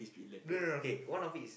no no no okay one of it is